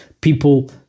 people